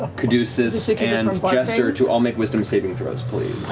caduceus, and jester to all make wisdom saving throws, please.